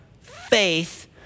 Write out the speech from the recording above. faith